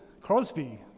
Crosby